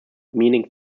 meaning